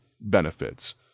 benefits